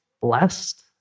blessed